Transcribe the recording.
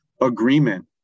agreement